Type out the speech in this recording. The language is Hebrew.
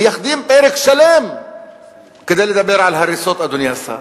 מייחדים פרק שלם כדי לדבר על הריסות, אדוני השר.